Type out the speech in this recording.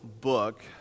book